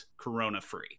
corona-free